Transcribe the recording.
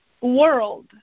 world